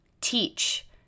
teach